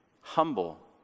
Humble